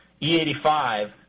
E85 –